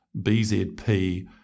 BZP